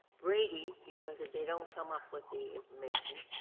brady, because if they don't come up with the information,